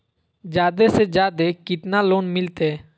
जादे से जादे कितना लोन मिलते?